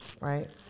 right